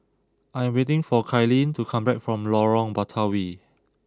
I am waiting for Kylene to come back from Lorong Batawi